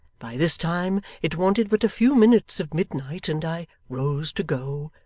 by this time it wanted but a few minutes of midnight and i rose to go,